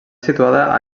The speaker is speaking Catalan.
situada